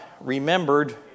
remembered